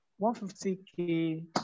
150K